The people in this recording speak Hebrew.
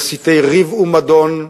מסיתי ריב ומדון,